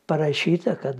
parašyta kad